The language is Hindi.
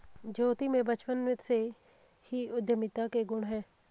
ज्योति में बचपन से ही उद्यमिता के गुण है